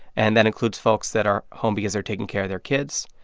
and that includes folks that are home because they're taking care of their kids.